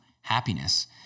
happiness